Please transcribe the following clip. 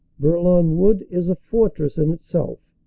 bourlon wood is a fortress in itself,